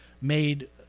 made